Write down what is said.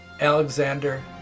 Alexander